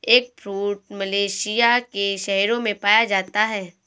eggfruit Malaysia के शहरों में पाया जाता है